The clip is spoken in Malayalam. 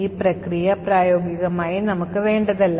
ഈ പ്രക്രിയ പ്രായോഗികമായി നമുക്ക് വേണ്ടതല്ല